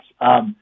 Yes